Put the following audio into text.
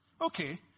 okay